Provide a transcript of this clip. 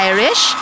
Irish